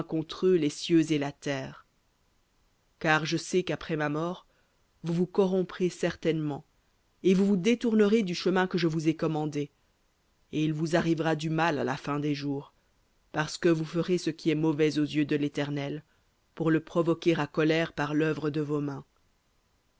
contre eux les cieux et la terre car je sais qu'après ma mort vous vous corromprez certainement et vous vous détournerez du chemin que je vous ai commandé et il vous arrivera du mal à la fin des jours parce que vous ferez ce qui est mauvais aux yeux de l'éternel pour le provoquer à colère par l'œuvre de vos mains